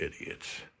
idiots